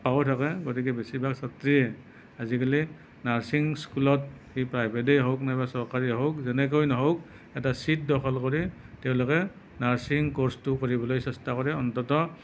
হেঁপাহো থাকে গতিকে বেছিভাগ ছাত্ৰীয়ে আজিকালি নাৰ্ছিং স্কুলত সি প্ৰাইভেটেই হওক নাইবা চৰকাৰীয়ে হওক যেনেকৈ নহওক এটা চিট দখল কৰি তেওঁলোকে নাৰ্ছিং কৰ্চটো কৰিবলৈ চেষ্টা কৰে অন্ততঃ